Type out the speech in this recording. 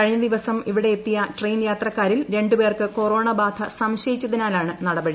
കഴിഞ്ഞ ദിവസം ഇവിടെയെത്തിയ ട്രെയിൻ യാത്രക്കാളിൽ കരുപേർക്ക് കൊറോണ ബാധ സംശയിച്ചതിനാലാണ് നടപടി